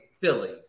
Philly